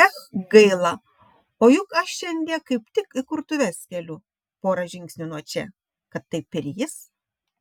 ech gaila o juk aš šiandie kaip tik įkurtuves keliu pora žingsnių nuo čia kad taip ir jis